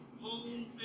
home